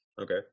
Okay